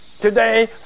Today